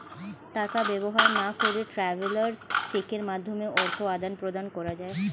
টাকা ব্যবহার না করে ট্রাভেলার্স চেকের মাধ্যমে অর্থ আদান প্রদান করা যায়